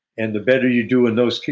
and the better you do in those,